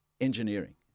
engineering